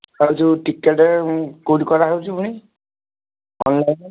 ଆଉ ଯେଉଁ ଟିକେଟ କେଉଁଠି କରାହଉଛି ପୁଣି ଅନଲାଇନ ନା